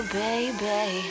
baby